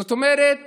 זאת אומרת